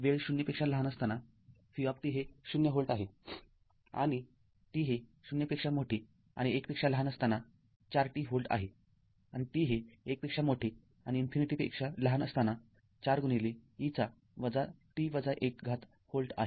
वेळ ० पेक्षा लहान असताना v हे ० व्होल्ट आहे आणि tहे ० पेक्षा मोठे आणि १ पेक्षा लहान असताना ४t व्होल्ट आहे आणि t हे १ पेक्षा मोठे आणि इन्फिनिटीपेक्षा लहान असताना ४ e -t १ व्होल्ट आहे